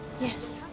yes